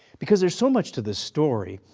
because there's so much to the story.